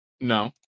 No